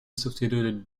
substituted